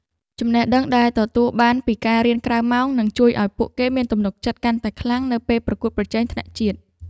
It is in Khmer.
ចំណេះដឹងដែលទទួលបានពីការរៀនក្រៅម៉ោងនឹងជួយឱ្យពួកគេមានទំនុកចិត្តកាន់តែខ្លាំងនៅពេលប្រកួតប្រជែងថ្នាក់ជាតិ។